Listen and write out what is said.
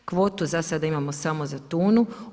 Kvotu za sada imamo samo za tunu.